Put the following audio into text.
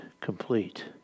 complete